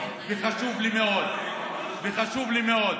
זה חשוב לי מאוד, זה חשוב לי מאוד,